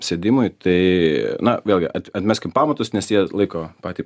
sėdimui tai na vėlgi atmeskim pamatus nes jie laiko patį